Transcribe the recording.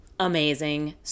amazing